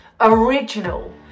original